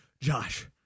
Josh